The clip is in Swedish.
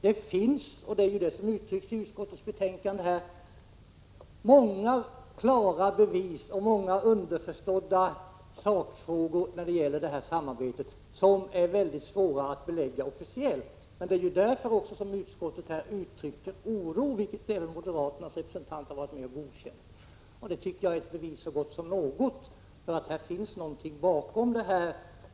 Det finns— och det uttrycks i utskottets betänkande — många klara bevis och många underförstådda sakfrågor när det gäller detta samarbete. Det är frågor som det är mycket svårt att officiellt belägga. Men det är också därför som utskottet uttryckt en oro, som även moderaternas representanter har instämt i. Det tycker jag är ett bevis så gott som något för att det ligger något bakom det vi anför.